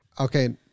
Okay